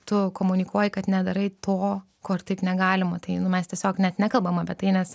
tu komunikuoji kad nedarai to ko ir taip negalima tai nu mes tiesiog net nekalbam apie tai nes